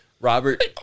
Robert